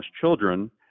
children